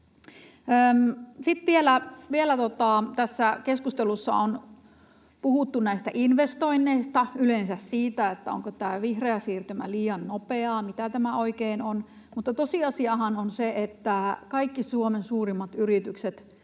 Sitten vielä: Tässä keskustelussa on puhuttu näistä investoinneista, yleensä siitä, onko tämä vihreä siirtymä liian nopeaa, mitä tämä oikein on, mutta tosiasiahan on se, että kaikki Suomen suurimmat yritykset